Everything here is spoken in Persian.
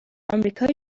آمریکای